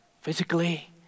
physically